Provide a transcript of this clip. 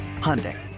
Hyundai